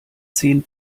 zehn